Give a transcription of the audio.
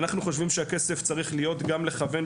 אנחנו חושבים שהכסף צריך להיות גם לכוון,